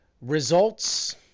Results